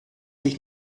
dich